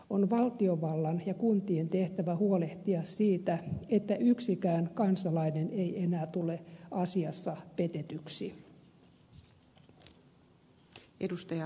on valtiovallan ja kuntien tehtävä huolehtia siitä että yksikään kansalainen ei enää tule asiassa petetyksi